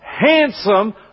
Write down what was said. Handsome